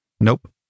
Nope